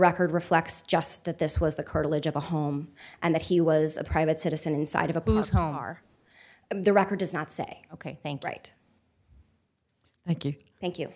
record reflects just that this was the curtilage of a home and that he was a private citizen inside of a car the record does not say ok thank right thank you thank you